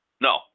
No